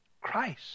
Christ